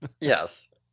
Yes